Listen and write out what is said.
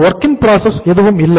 work in progress எதுவும் இல்லை